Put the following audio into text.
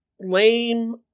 lame